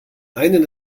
einen